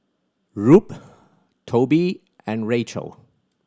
Rube Tobie and Rachel